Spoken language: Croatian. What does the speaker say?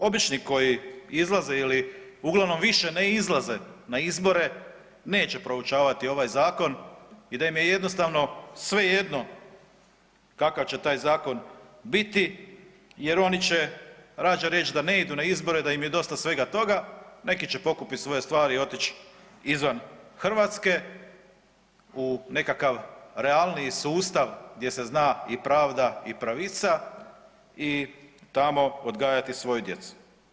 Normalno da ljudi obični koji izlaze ili uglavnom više ne izlaze na izbore neće proučavati ovaj zakon i da im je jednostavno svejedno kakav će taj zakon biti jer oni će rađe reć da ne idu na izbore da im je dosta svega toga, neki će pokupit svoje stvari i otići izvan Hrvatske u nekakav realniji sustav gdje se zna i pravda i pravica i tamo odgajati svoju djecu.